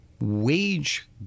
wage